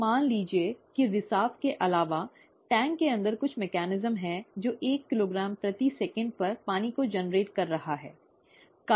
अब मान लीजिए कि रिसाव के अलावा टैंक के अंदर कुछ तंत्र है जो एक किलोग्राम प्रति सेकंड पर पानी को जनरेट कर रहा है ठीक है